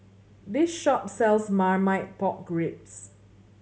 this shop sells Marmite Pork Ribs